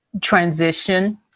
transition